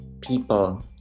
people